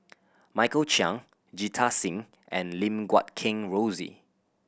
Michael Chiang Jita Singh and Lim Guat Kheng Rosie